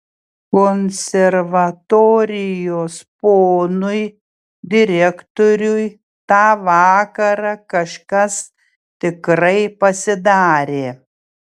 konservatorijos ponui direktoriui tą vakarą kažkas tikrai pasidarė